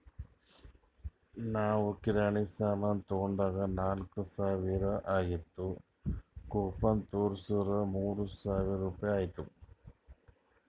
ನಾವ್ ಕಿರಾಣಿ ಸಾಮಾನ್ ತೊಂಡಾಗ್ ನಾಕ್ ಸಾವಿರ ಆಗಿತ್ತು ಕೂಪನ್ ತೋರ್ಸುರ್ ಮೂರ್ ಸಾವಿರ ರುಪಾಯಿ ಆಯ್ತು